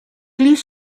least